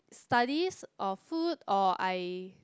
studies or food or I